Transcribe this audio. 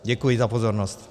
Děkuji za pozornost.